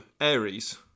Aries